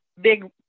big